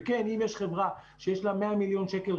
אם יש חברה שיש לה רווחים של 100 מיליון שקל,